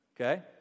Okay